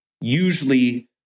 usually